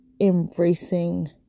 embracing